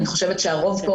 אני חושבת שהרוב פה,